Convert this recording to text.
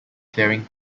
clearing